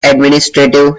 administrative